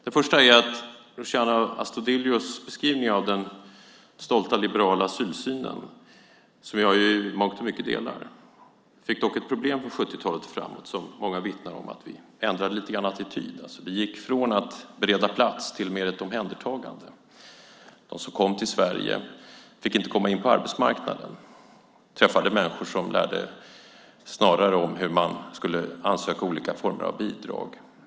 Det första är att den stolta liberala asylsyn som Luciano Astudillo beskrev, och som jag i mångt och mycket delar, fick problem från 70-talet och framåt. Många vittnar om att vi ändrade attityd lite grann. Vi gick från att bereda plats till mer av ett omhändertagande. De som kom till Sverige fick inte komma in på arbetsmarknaden utan träffade människor som snarare lärde ut hur man skulle söka olika former av bidrag.